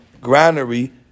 granary